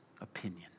opinion